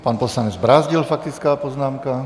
Pan poslanec Brázdil, faktická poznámka.